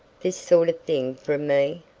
this sort of thing from me?